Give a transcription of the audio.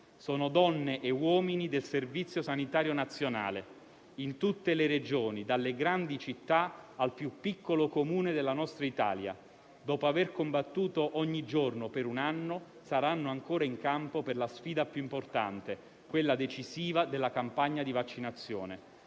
Sono donne e uomini del Servizio sanitario nazionale; in tutte le Regioni, dalle grandi città al più piccolo Comune della nostra Italia, dopo aver combattuto ogni giorno per un anno, saranno ancora in campo per la sfida più importante, quella decisiva della campagna di vaccinazione.